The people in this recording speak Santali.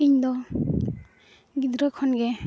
ᱤᱧᱫᱚ ᱜᱤᱫᱽᱨᱟᱹ ᱠᱷᱚᱱᱜᱮ